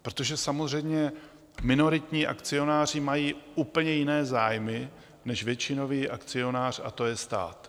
Protože samozřejmě minoritní akcionáři mají úplně jiné zájmy než většinový akcionář a to je stát.